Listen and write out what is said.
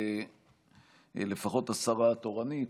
לפחות השרה התורנית,